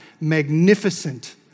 magnificent